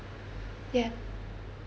ya